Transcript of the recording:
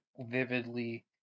vividly